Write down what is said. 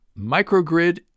Microgrid